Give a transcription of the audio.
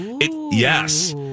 Yes